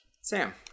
Sam